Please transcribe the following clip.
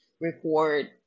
Record